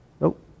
Nope